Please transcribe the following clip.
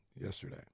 yesterday